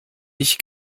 ich